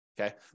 Okay